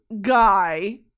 guy